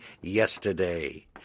yesterday